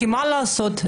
מה לעשות,